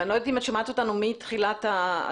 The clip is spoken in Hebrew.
אני לא יודעת אם את שומעת אותנו מתחילת הדיון,